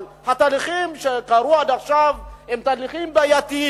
אבל התהליכים שקרו עד עכשיו הם בעייתיים.